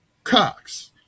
Cox